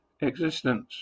existence